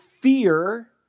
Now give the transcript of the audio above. fear